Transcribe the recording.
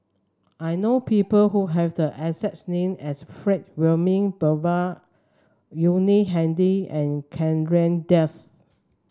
I know people who have the exact name as Frank Wilmin Brewer Yuni Hadi and Chandra Das